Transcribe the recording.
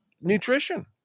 nutrition